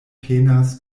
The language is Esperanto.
penas